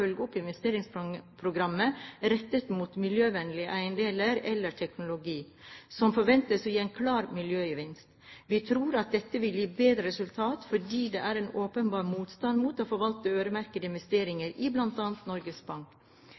opp investeringsprogrammet rettet mot miljøvennlige eiendeler eller teknologi som forventes å gi en klar miljøgevinst. Vi tror at dette vil gi bedre resultat, for det er en åpenbar motstand mot å forvalte øremerkede investeringer i bl.a. Norges Bank.